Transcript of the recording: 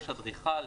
יש אדריכל,